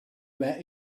when